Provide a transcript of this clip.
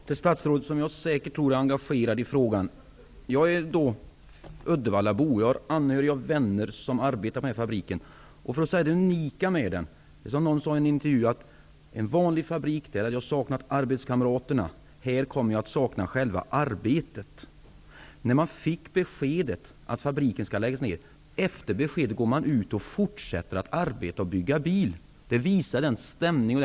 Herr talman! Jag vill säga till statsrådet, som jag tror säkert är engagerad i frågan, att jag är Uddevallabo, och jag har anhöriga och vänner som arbetar på fabriken. Det unika med den är, som någon sade i en intervju: På en vanlig fabrik hade jag saknat arbetskamraterna. Här kommer jag att sakna själva arbetet. Efter beskedet att fabriken skall läggas ner gick man ut och fortsatte att bygga bilar. Det visar vilken anda som råder.